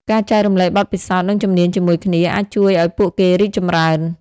ការចែករំលែកបទពិសោធន៍ និងជំនាញជាមួយគ្នា អាចជួយឱ្យពួកគេរីកចម្រើន។